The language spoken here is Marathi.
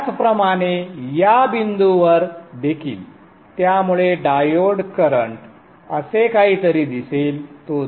त्याचप्रमाणे या बिंदूवर देखील त्यामुळे डायोड करंट असे काहीतरी दिसेल